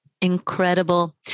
Incredible